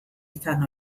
izan